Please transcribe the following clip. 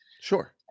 sure